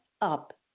up